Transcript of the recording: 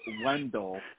Wendell